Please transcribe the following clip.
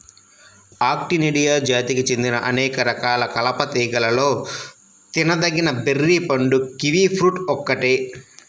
Actinidia జాతికి చెందిన అనేక రకాల కలప తీగలలో తినదగిన బెర్రీ పండు కివి ఫ్రూట్ ఒక్కటే